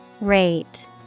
Rate